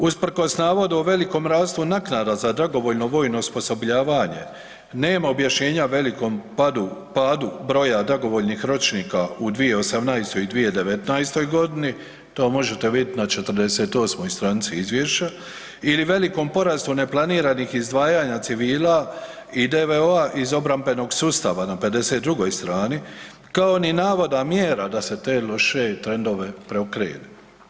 Usprkos navodu o velikom rastu naknada za dragovoljno vojno osposobljavanje nema objašnjenja o velikom padu, padu broja dragovoljnih ročnika u 2018. i 2019. godini to možete vidjeti na 48. stranici izvješća ili velikom porastu neplaniranih izdvajanja civila i DVO-a iz obrambenog sustava na 52. strani, ako ni navoda mjera da se te loše trendove preokrene.